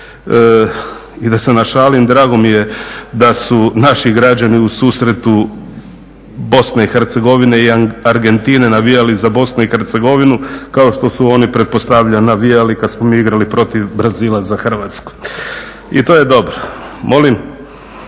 I da se našalim drago mi je da su naši građani u susretu Bosne i Hercegovine i Argentine navijali za Bosnu i Hercegovinu kao što su oni pretpostavljam navijali kad smo mi igrali protiv Brazila za Hrvatsku. I to je dobro. Molim?